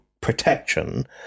protection